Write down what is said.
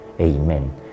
Amen